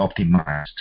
optimized